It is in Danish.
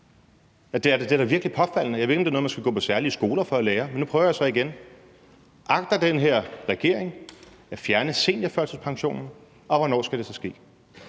Det er da virkelig påfaldende. Jeg ved ikke, om det er noget, man skal gå på særlige skoler for at lære. Men nu prøver jeg så at spørge igen: Agter den her regering at fjerne seniorførtidspensionen? Og hvornår skal det så ske?